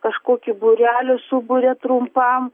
kažkokį būrelį suburia trumpam